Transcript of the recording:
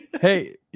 Hey